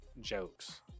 jokes